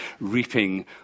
reaping